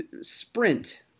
Sprint